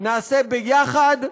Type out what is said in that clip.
נעשה יחד,